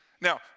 Now